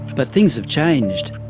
but things have changed.